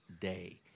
day